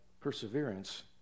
perseverance